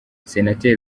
senateri